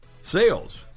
Sales